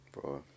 Bro